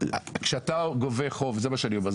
אתה אומר לי